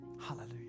Hallelujah